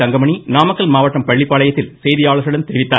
தங்கமணி நாமக்கல் மாவட்டம் பள்ளிப்பாளையத்தில் செய்தியாளர்களிடம் தெரிவித்தார்